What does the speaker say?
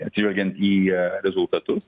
atsižvelgiant į rezultatus